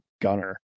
Gunner